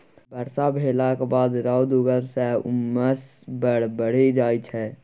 बरखा भेलाक बाद रौद उगलाँ सँ उम्मस बड़ बढ़ि जाइ छै